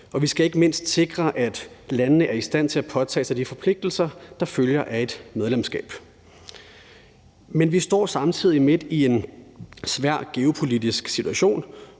vi skal ikke mindst sikre, at landene er i stand til at påtage sig de forpligtelser, der følger af et medlemskab. Men vi står samtidig midt i en svær geopolitisk situation,